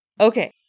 Okay